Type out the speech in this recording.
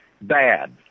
Bad